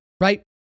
right